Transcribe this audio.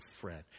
friend